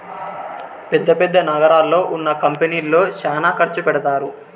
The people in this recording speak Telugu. పెద్ద పెద్ద నగరాల్లో ఉన్న కంపెనీల్లో శ్యానా ఖర్చు పెడతారు